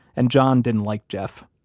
and john didn't like jeff.